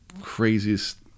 craziest